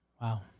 Wow